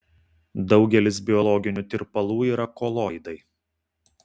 daugelis biologinių tirpalų yra koloidai